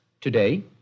today